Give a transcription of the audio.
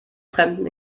fremden